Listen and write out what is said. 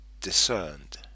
discerned